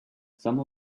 some